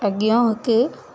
अॻियो हिकु